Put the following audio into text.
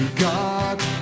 God